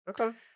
Okay